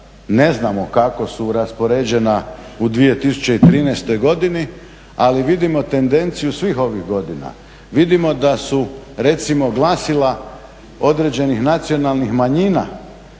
ne znamo kako su raspoređena u 2013. godini ali vidimo tendenciju svih ovih godina. Vidimo da su recimo glasila određenih nacionalnih manjina